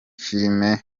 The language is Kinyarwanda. filime